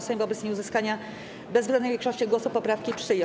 Sejm wobec nieuzyskania bezwzględnej większości głosów poprawki przyjął.